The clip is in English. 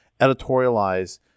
editorialize